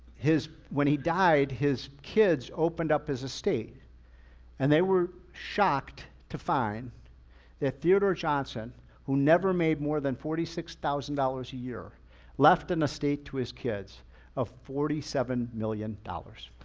when he died, his kids opened up his estate and they were shocked to find that theodore johnson who never made more than forty six thousand dollars a year left an estate to his kids of forty seven million dollars,